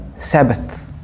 Sabbath